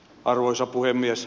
arvoisa puhemies